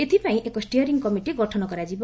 ଏଥପାଇଁ ଏକ steering committee ଗଠନ କରାଯିବ